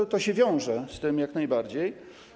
Ale to się wiąże z tym, jak najbardziej.